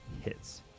hits